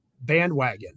bandwagon